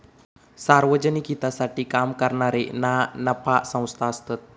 सार्वजनिक हितासाठी काम करणारे ना नफा संस्था असतत